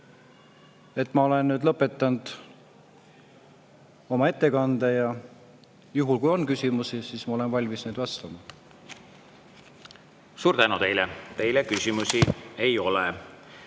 Ma olen nüüd lõpetanud oma ettekande. Juhul kui on küsimusi, ma olen valmis vastama. Suur tänu teile! Teile küsimusi ei ole.